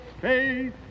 faith